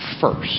first